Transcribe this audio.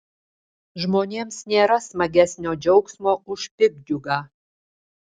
žmonėms nėra smagesnio džiaugsmo už piktdžiugą